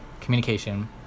communication